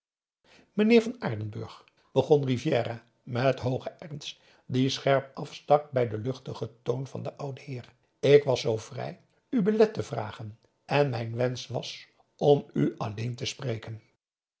meneer van aardenburg begon rivière met hoogen ernst die scherp afstak bij den luchtigen toon van den ouden heer ik was zoo vrij u belet te vragen en mijn wensch was om u alleen te spreken